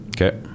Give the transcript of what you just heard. Okay